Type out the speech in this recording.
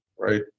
Right